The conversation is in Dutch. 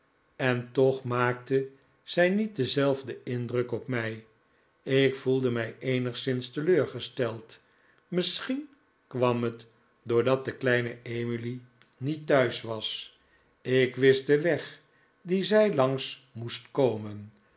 en toch maakte zij niet denzelfden indruk op mij ik voelde mij eenigszins teleurgesteld misschien kwam het doordat de kleine emily niet thuis was ik wist den weg dien zij langs moest komen